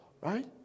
right